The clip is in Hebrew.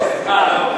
מדבר.